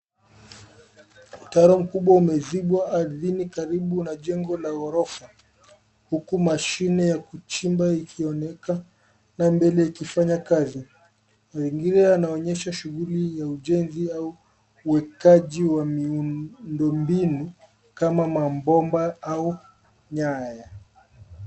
Mtaro mkubwa umezibwa ardhini karibu na jengo la ghorofa, huku mashine ya kuchimba ikionekana na mbele ikifanya kazi. Mazingira inaonyesha shuguli ya ujenzi au uwekaji wa miundombinu kama mabomba au nyaya.